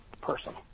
person